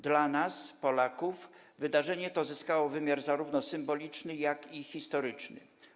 Dla nas, Polaków, wydarzenie to zyskało wymiar zarówno symboliczny, jak i historyczny.